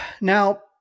Now